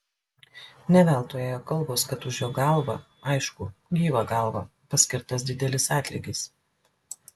ne veltui ėjo kalbos kad už jo galvą aišku gyvą galvą paskirtas didelis atlygis